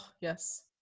yes